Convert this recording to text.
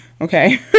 Okay